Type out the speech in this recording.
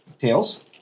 Tails